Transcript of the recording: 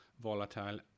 volatile